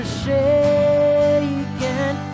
shaken